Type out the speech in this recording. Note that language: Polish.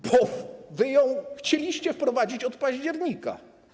Bo wy ją chcieliście wprowadzić od października.